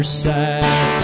side